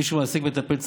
מי שמעסיק מטפל צמוד,